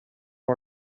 who